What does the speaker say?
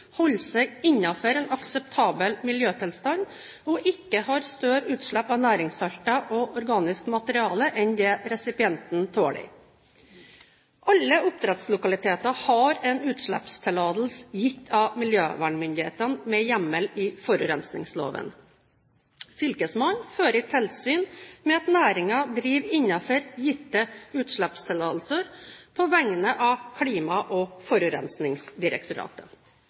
seg innenfor en akseptabel miljøtilstand, og har ikke større utslipp av næringssalter og organisk materiale enn det resipienten tåler.» Alle oppdrettslokaliteter har en utslippstillatelse gitt av miljøvernmyndighetene med hjemmel i forurensningsloven. Fylkesmannen fører tilsyn med at næringen driver innenfor gitte utslippstillatelser, på vegne av Klima- og forurensningsdirektoratet.